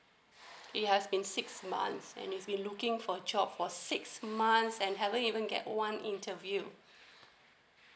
it has been six months and he's been looking for job for six months and haven't even get one interview